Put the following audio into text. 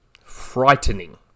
Frightening